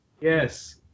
Yes